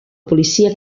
policia